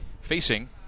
facing